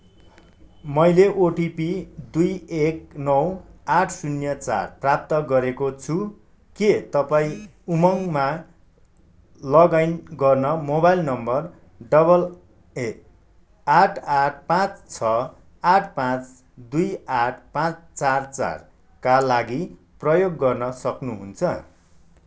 मैले ओटिपी दुई एक नौ आठ शून्य चार प्राप्त गरेको छु के तपाईँ उमङ्गमा लगइन गर्न मोबाइल नम्बर डबल ए आठ आठ पाँच छ आठ पाँच दुई आठ पाँच चार चारका लागि प्रयोग गर्न सक्नुहुन्छ